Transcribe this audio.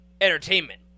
entertainment